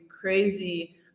crazy